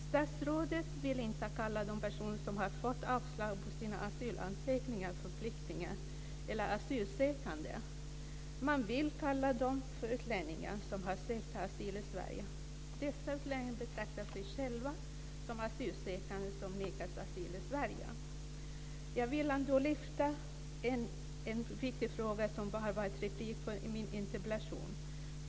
Statsrådet vill inte kalla de personer som har fått avslag på sina asylansökningar för flyktingar eller asylsökande. Man vill kalla dem för utlänningar som har sökt asyl i Sverige. Dessa utlänningar betraktar sig själva som asylsökande som har nekats asyl i Sverige. Jag vill lyfta en viktig fråga som finns i min interpellation.